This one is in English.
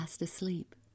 asleep